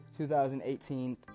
2018